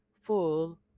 full